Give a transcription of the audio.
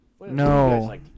No